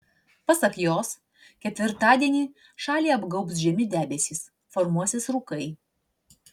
pasak jos ketvirtadienį šalį apgaubs žemi debesys formuosis rūkai